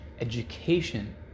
education